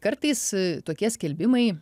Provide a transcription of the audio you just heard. kartais tokie skelbimai